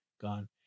gone